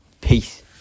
Peace